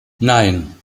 nein